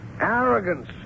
Arrogance